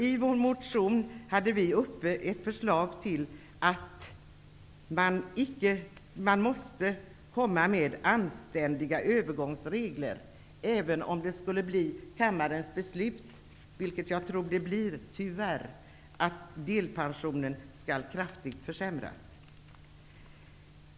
I vår motion föreslog vi att vi måste ha anständiga övergångsregler, även om det skulle bli kammarens beslut -- vilket jag tyvärr tror att det blir -- att delpensionen kraftigt försämras.